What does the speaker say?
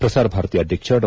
ಪ್ರಸಾರ ಭಾರತಿ ಅಧ್ಯಕ್ಷ ಡಾ